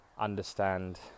understand